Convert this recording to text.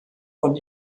von